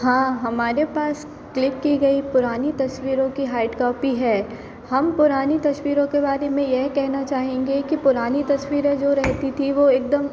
हाँ हमारे पास क्लिक की गई पुरानी तस्वीरों की हार्ड कॉपी है हम पुरानी तस्वीरों के बारे में यह कहना चाहेंगे कि पुरानी तस्वीरें जो रहती थी वो एक दम